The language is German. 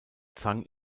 zhang